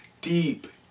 deep